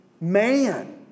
man